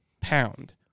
pound